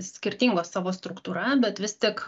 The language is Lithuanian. skirtingos savo struktūra bet vis tik